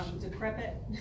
decrepit